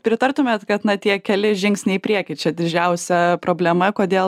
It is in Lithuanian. pritartumėt kad na tie keli žingsniai į priekį čia didžiausia problema kodėl